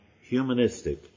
humanistic